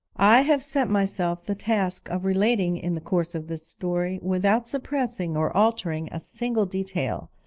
i have set myself the task of relating in the course of this story, without suppressing or altering a single detail,